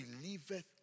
believeth